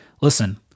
listen